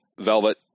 velvet